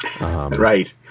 right